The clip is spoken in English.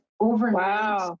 overnight